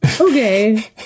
Okay